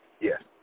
Yes